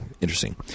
interesting